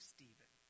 Stephen